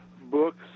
books